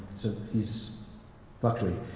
so he's fluctuating.